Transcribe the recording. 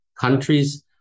countries